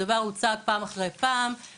הדבר הוצג פעם אחרי פעם,